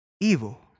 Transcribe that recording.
evil